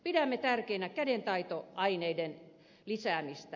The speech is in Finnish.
pidämme tärkeänä kädentaitoaineiden lisäämistä